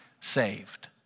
saved